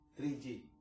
3G